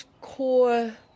core